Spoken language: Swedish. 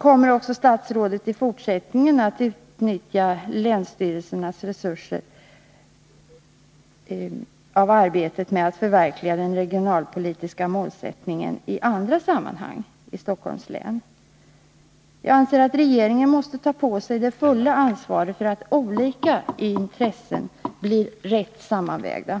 Kommer också statsrådet i fortsättningen att i andra sammanhang utnyttja länsstyrelsens resurser när det gäller förverkligandet av de regionalpolitiska målen i Stockholms län? Jag anser att regeringen måste ta på sig det fulla ansvaret för att olika intressen blir sammanvägda på ett riktigt